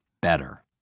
better